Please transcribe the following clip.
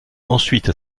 ensuite